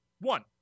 One